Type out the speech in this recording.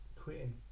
quitting